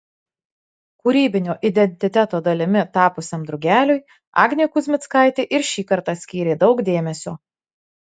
kūrybinio identiteto dalimi tapusiam drugeliui agnė kuzmickaitė ir šį kartą skyrė daug dėmesio